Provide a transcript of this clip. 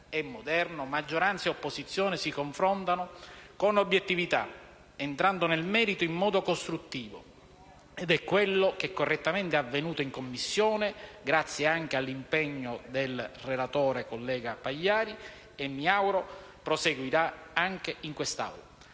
e moderno, maggioranza e opposizione si confrontano con obiettività, entrando nel merito in modo costruttivo, ed è quello che correttamente è avvenuto in Commissione, grazie anche all'impegno del relatore, senatore Pagliari, collega, e che, mi auguro, avverrà anche in quest'Aula.